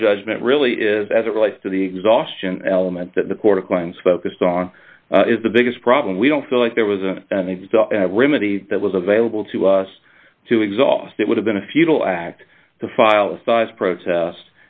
our judgment really is as it relates to the exhaustion element that the court of claims focused on is the biggest problem we don't feel like there was a remedy that was available to us to exhaust it would have been a futile act to file size protest